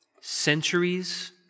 Centuries